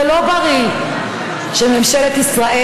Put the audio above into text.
זה לא בריא שממשלת ישראל,